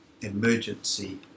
emergency